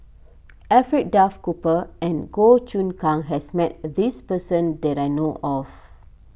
Alfred Duff Cooper and Goh Choon Kang has met this person that I know of